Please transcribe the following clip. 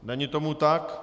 Není tomu tak.